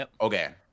okay